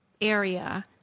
area